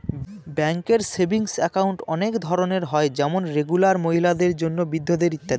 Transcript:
ব্যাঙ্কে savings account অনেক ধরনের হয় যেমন রেগুলার, মহিলাদের জন্য, বৃদ্ধদের ইত্যাদি